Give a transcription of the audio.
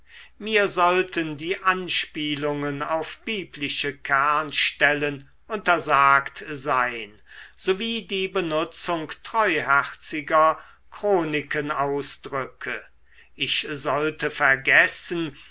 mir sollten die anspielungen auf biblische kernstellen untersagt sein sowie die benutzung treuherziger chronikenausdrücke ich sollte vergessen